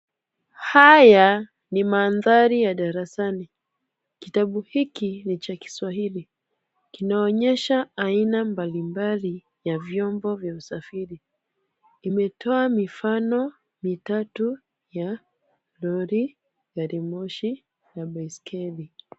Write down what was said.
Haya ni mandhari ya darasani. Kitabu hiki ni cha Kiswahili. Kinaonyesha aina mbalimbali ya vyombo vya usafiri. Imetoa mifano mitatu ya lori, gari moshi na baiskeli.